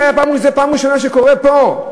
זו הפעם הראשונה שזה קורה פה.